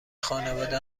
خانواده